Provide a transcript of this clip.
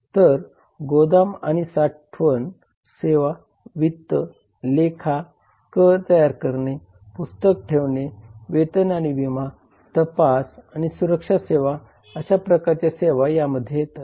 तर गोदाम आणि साठवण सेवा वित्त लेखा कर तयार करणे पुस्तक ठेवणे वेतन आणि विमा तपास आणि सुरक्षा सेवा अशा प्रकारच्या सेवा या मध्ये येतात